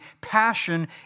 passion